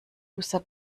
user